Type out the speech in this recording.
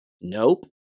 Nope